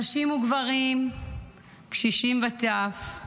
נשים וגברים, קשישים וטף,